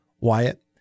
Wyatt